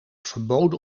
verboden